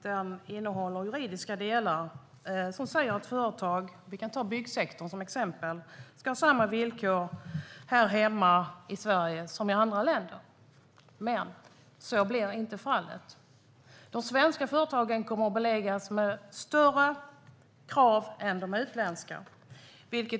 Den innehåller juridiska delar som säger att företag - vi kan ta byggsektorn som exempel - ska ha samma villkor här hemma i Sverige som i andra länder. Så blir dock inte fallet. De svenska företagen kommer att beläggas med större krav än de utländska.